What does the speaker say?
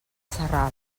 sarral